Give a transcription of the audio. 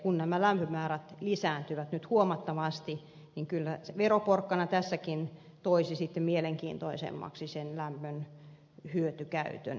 kun nämä lämpömäärät lisääntyvät nyt huomattavasti niin kyllä veroporkkana tässäkin toisi kiinnostavammaksi lämmön hyötykäytön